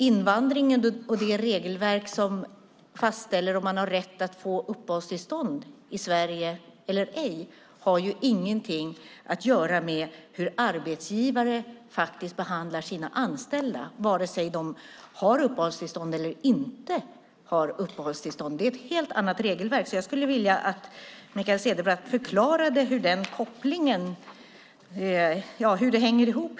Invandringen och det regelverk som fastställer om man har rätt att få uppehållstillstånd i Sverige eller ej har ingenting att göra med hur arbetsgivare behandlar sina anställda, antingen de har uppehållstillstånd eller inte. Det är fråga om ett helt annat regelverk. Jag skulle därför vilja att Mikael Cederbratt förklarade hur det hänger ihop.